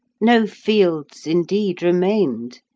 no fields, indeed, remained,